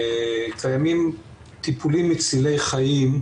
קיימים טיפולים מצילי חיים,